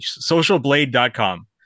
Socialblade.com